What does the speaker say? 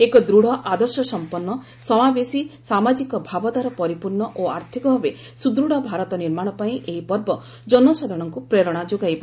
ଏକ ଦୂଢ଼ ଆଦର୍ଶସମ୍ପନ୍ନ ସମାବେଶୀ ସାମାଜିକ ଭାବଧାରା ପରିପୂର୍ଣ୍ଣ ଓ ଆର୍ଥକ ଭାବେ ସୁଦୃତ୍ ଭାରତ ନିର୍ମାଣ ପାଇଁ ଏହି ପର୍ବ ଜନସାଧାରଣଙ୍କୁ ପ୍ରେରଣା ଯୋଗାଇବ